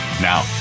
Now